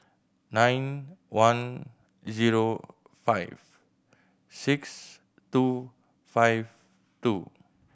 nine one zero five six two five two